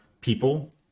people